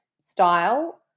style